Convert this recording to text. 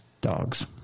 dogs